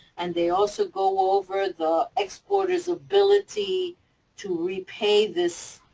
and they also go over the exporter's ability to repay this,